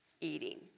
eating